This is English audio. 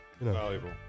Valuable